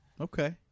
Okay